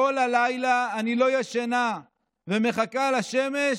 'כל הלילה אני לא ישנה ומחכה לשמש